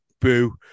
boo